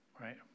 right